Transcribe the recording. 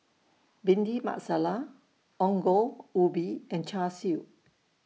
Bhindi Masala Ongol Ubi and Char Siu